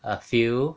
a few